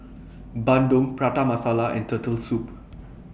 Bandung Prata Masala and Turtle Soup